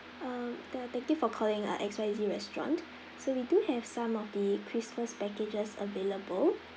uh the thank you for calling uh X Y Z restaurant so we do have some of the christmas packages available